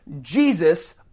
jesus